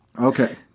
Okay